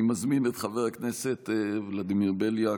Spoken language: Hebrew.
אני מזמין את חבר הכנסת ולדימיר בליאק,